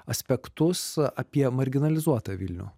aspektus apie marginalizuotą vilnių